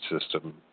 system